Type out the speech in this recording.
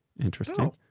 Interesting